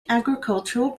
agricultural